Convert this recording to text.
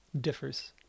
differs